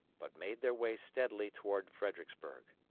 but made their way steadily toward fredericksburg.